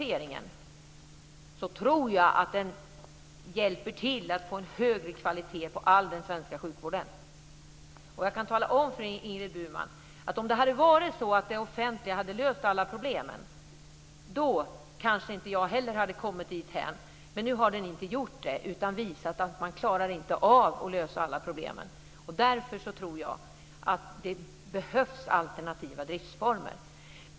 Jag tror att privatiseringen bidrar till att vi får en högre kvalitet på all svensk sjukvård. Om det hade varit så att den offentliga vården hade löst alla problem hade kanske inte jag heller kommit dithän. Men nu har den inte gjort det. Man klarar inte av att lösa alla problem. Därför tror jag att det behövs alternativa driftsformer.